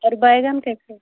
और बैंगन कैसे है